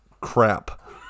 crap